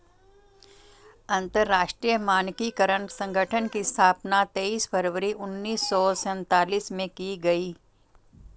अंतरराष्ट्रीय मानकीकरण संगठन की स्थापना तेईस फरवरी उन्नीस सौ सेंतालीस में की गई